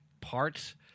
parts